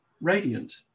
radiant